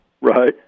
Right